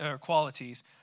qualities